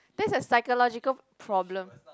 that's a psychological problem